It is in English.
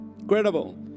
Incredible